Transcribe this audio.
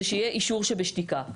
וזה שיהיה אישור שבשתיקה.